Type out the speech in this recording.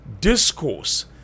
discourse